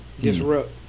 Disrupt